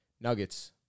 Nuggets